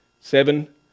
seven